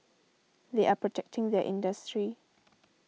they are protecting their industry